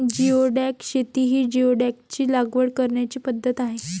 geoduck शेती ही जिओडॅकची लागवड करण्याची पद्धत आहे